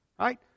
right